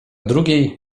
drugiej